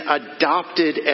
adopted